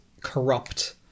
corrupt